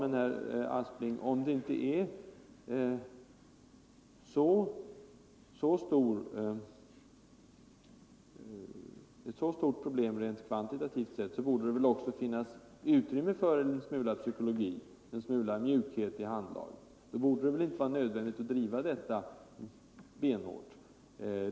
Men, herr Aspling, om det inte är ett så stort problem rent kvantitativt sett, så borde det väl också finnas utrymme för en smula psykologi, en smula mjukhet i handlaget. Då borde det väl inte vara nödvändigt att driva detta benhårt.